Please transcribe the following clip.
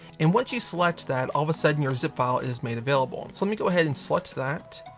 and once you select that, all of a sudden your zip file is made available. so let me go ahead and select that,